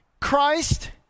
Christ